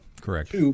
correct